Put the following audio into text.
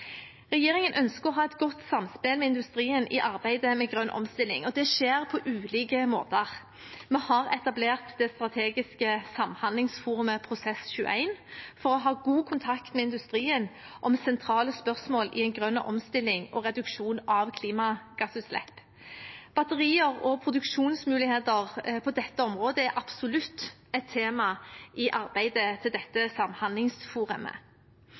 Regjeringen ønsker å ha et godt samspill med industrien i arbeidet med grønn omstilling, og det skjer på ulike måter. Vi har etablert det strategiske samhandlingsforumet Prosess21 for å ha god kontakt med industrien om sentrale spørsmål i en grønn omstilling og reduksjon av klimagassutslipp. Batterier og produksjonsmuligheter på dette området er absolutt et tema i arbeidet til dette samhandlingsforumet.